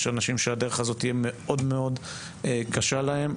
יש אנשים שהדרך הזאת תהיה מאוד מאוד קשה להם,